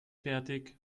fertig